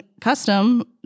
custom